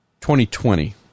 2020